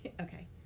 Okay